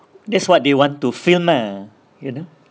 that's what they want to film ah you know